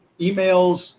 emails